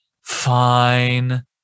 fine